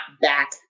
back